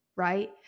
Right